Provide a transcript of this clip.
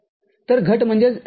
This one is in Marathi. तर घट ०